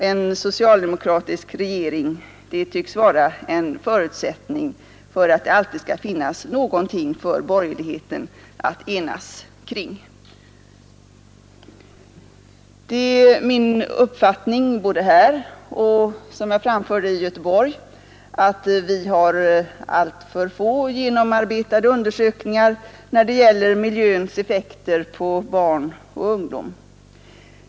En socialdemokratisk regering tycks vara en förutsättning för att det alltid skall finnas någonting för borgerligheten att enas kring. Det är min uppfattning — här som i Göteborg — att vi har alltför få genomarbetade undersökningar när det gäller miljöns effekter på barn och ungdom.